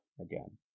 again